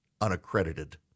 unaccredited